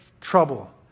trouble